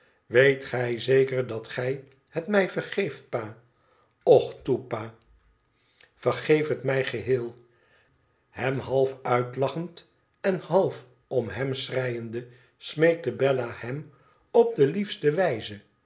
weet gij zeker dat gij het mij vergeeft pa och toe pa vergeef het mij geheel hem half uitlachend en half om hem schreiende smeekte bella hem op de liefste wijze